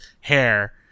hair